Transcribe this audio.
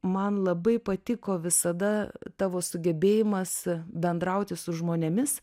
man labai patiko visada tavo sugebėjimas bendrauti su žmonėmis